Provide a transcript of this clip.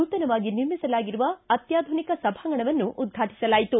ನೂತನವಾಗಿ ನಿರ್ಮಿಸಲಾಗಿರುವ ಅತ್ಯಾಧುನಿಕ ಸಭಾಂಗಣವನ್ನು ಉದ್ವಾಟಿಸಲಾಯಿತು